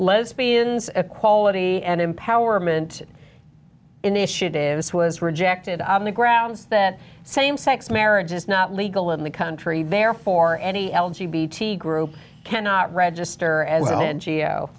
lesbians equality and empowerment initiatives was rejected on the grounds that same sex marriage is not legal in the country therefore any group cannot register a